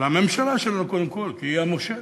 לממשלה שלנו קודם כול, כי היא המושלת,